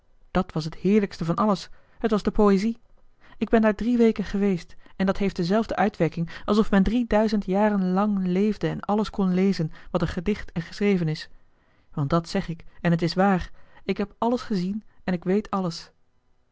dat was het heerlijkste van alles het was de poëzie ik ben daar drie weken geweest en dat heeft dezelfde uitwerking alsof men drie duizend jaren lang leefde en alles kon lezen wat er gedicht en geschreven is want dat zeg ik en het is waar ik heb alles gezien en ik weet alles